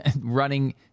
running